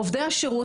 עובדי השירות,